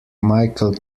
michael